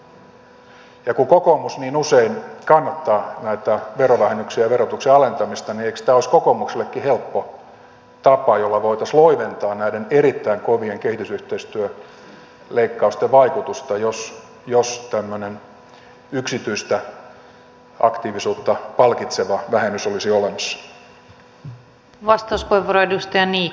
ja kun kokoomus niin usein kannattaa näitä verovähennyksiä ja verotuksen alentamista niin eikös tämä olisi kokoomuksellekin helppo tapa jolla voitaisiin loiventaa näiden erittäin kovien kehitysyhteistyöleikkausten vaikutusta jos tämmöinen yksityistä aktiivisuutta palkitseva vähennys olisi olemassa